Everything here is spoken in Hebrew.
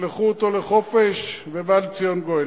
תשלחו אותו לחופש, ובא לציון גואל.